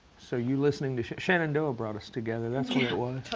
so you listening shenandoah brought us together. that's